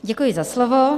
Děkuji za slovo.